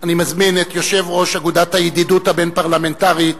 יושב-ראש אגודת הידידות הבין-פרלמנטרית,